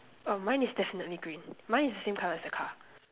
oh mine is definitely green mine is the same color as the car